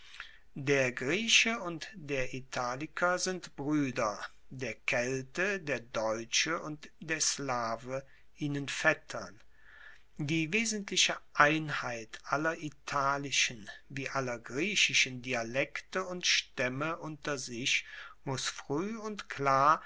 der grieche und der italiker sind brueder der kelte der deutsche und der slave ihnen vettern die wesentliche einheit aller italischen wie aller griechischen dialekte und staemme unter sich muss frueh und klar